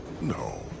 No